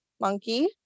monkey